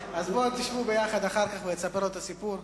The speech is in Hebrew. תשבו אחר כך ותספר לו את הסיפור,